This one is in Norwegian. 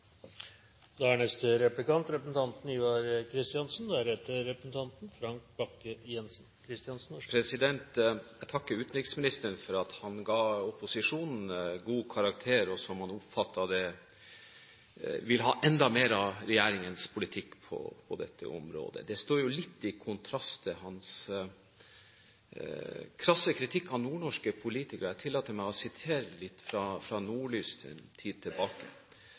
Jeg takker utenriksministeren for at han ga opposisjonen god karakter, siden den – slik han oppfattet det – vil ha enda mer av regjeringens politikk på dette området. Dette står litt i kontrast til hans krasse kritikk av nordnorske politikere. Jeg tillater meg å sitere litt fra Nordlys for en tid